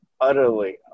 utterly